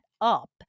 up